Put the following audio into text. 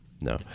No